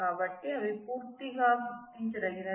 కాబట్టి అవి పూర్తిగా గుర్తించదగినవి